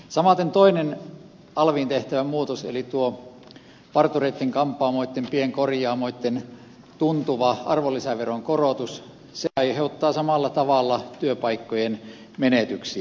samaten toinen alviin tehtävä muutos eli partureitten kampaamoitten pienkorjaamoitten tuntuva arvonlisäveron korotus aiheuttaa samalla tavalla työpaikkojen menetyksiä